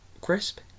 crisp